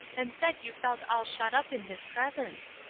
and said you felt all shut up in his presence.